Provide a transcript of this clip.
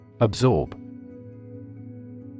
Absorb